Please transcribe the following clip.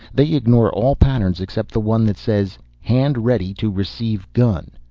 they ignore all patterns except the one that says hand ready to receive gun.